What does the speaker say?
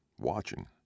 watching